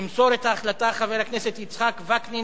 ימסור את ההחלטה חבר הכנסת יצחק וקנין,